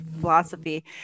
philosophy